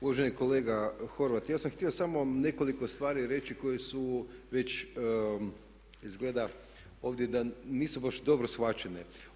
Uvaženi kolega Horvat, ja sam htio samo nekoliko stvari reći koje su već izgleda ovdje da nisu baš dobro shvaćene.